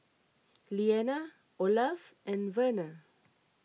Leana Olaf and Verner